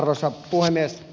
arvoisa puhemies